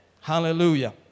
Hallelujah